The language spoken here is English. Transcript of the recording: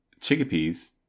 chickpeas